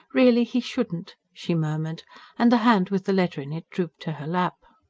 really he shouldn't! she murmured and the hand with the letter in it drooped to her lap.